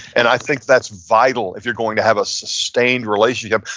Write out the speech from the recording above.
and i think that's vital if you're going to have a sustained relationship,